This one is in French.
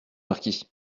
marquis